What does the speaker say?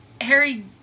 Harry